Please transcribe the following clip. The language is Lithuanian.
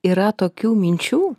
yra tokių minčių